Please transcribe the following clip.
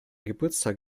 geburtstag